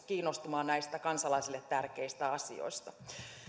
kiinnostumaan näistä kansalaisille tärkeistä asioista